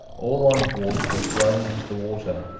all on board were thrown into the water,